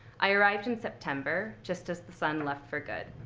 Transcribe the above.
i arrived in september, just as the sun left for good.